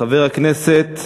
חבר הכנסת